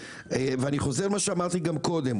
ואני חוזר על מה שאמרתי גם קודם.